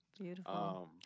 Beautiful